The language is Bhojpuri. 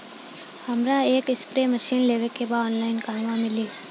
हमरा एक स्प्रे मशीन लेवे के बा ऑनलाइन कहवा मिली?